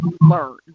learn